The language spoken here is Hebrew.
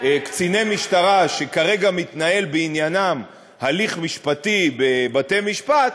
קציני משטרה שכרגע מתנהל בעניינם הליך משפטי בבתי-משפט,